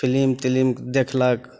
film तिलिम देखलक